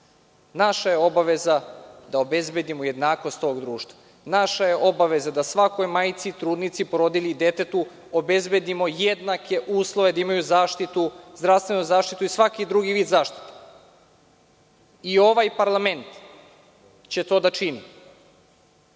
Naša je obaveza da obezbedimo jednakost ovog društva. Naša je obaveza da svakoj majci, trudnici, porodilji i detetu obezbedimo jednake uslove da imaju zdravstvenu zaštitu i svaki drugi vid zaštite. Ovaj parlament će to da čini.